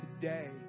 today